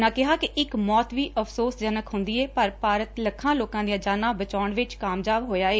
ਉਨ੍ਹਾਂ ਕਿਹਾ ਕਿ ਇੱਕ ਮੌਤ ਵੀ ਅਫਸੋਸ ਜਨਕ ਹੁੰਦੀ ਏ ਪਰ ਭਾਰਤ ਲੱਖਾਂ ਲੋਕਾਂ ਦੀਆਂ ਜਾਨਾਂ ਬਚਾਉਣ ਵਿੱਚ ਕਾਮਯਾਬ ਹੋਇਆ ਏ